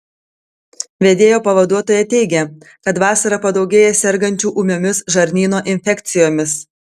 vedėjo pavaduotoja teigė kad vasarą padaugėja sergančių ūmiomis žarnyno infekcijomis